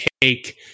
take